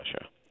Russia